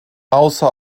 außer